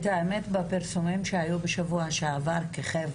האמת, בפרסומים שהיו בשבוע שעבר כיכב